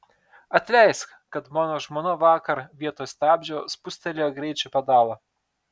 atleisk kad mano žmona vakar vietoj stabdžio spustelėjo greičio pedalą